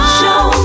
show